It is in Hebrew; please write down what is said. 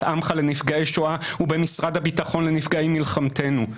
עמך לנפגעי שואה ובמשרד הביטחון לנפגעי מלחמתנו.